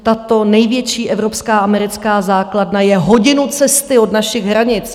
Tato největší evropská americká základna je hodinu cesty od našich hranic.